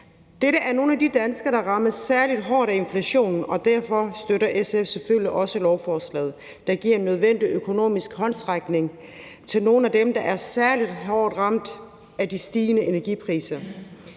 Det er nogle af de danskere, der rammes særlig hårdt af inflationen, og derfor støtter SF selvfølgelig også lovforslaget, der giver en nødvendig økonomisk håndsrækning til nogle af dem, der er særlig hårdt ramt af de stigende energipriser.